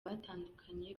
batandukanye